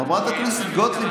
חברת הכנסת גוטליב,